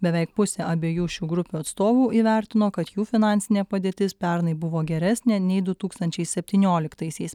beveik pusė abiejų šių grupių atstovų įvertino kad jų finansinė padėtis pernai buvo geresnė nei du tūkstančiai septynioliktaisiais